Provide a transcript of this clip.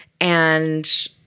and-